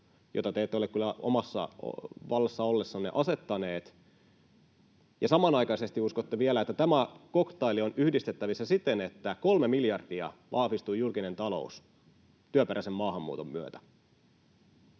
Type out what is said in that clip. jota te ette ole kyllä itse vallassa ollessanne asettaneet. Ja samanaikaisesti uskotte vielä, että tämä koktaili on yhdistettävissä siten, että kolme miljardia vahvistuu julkinen talous työperäisen maahanmuuton myötä.